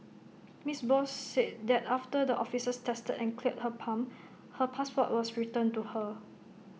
miss Bose said that after the officers tested and cleared her pump her passport was returned to her